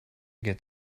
get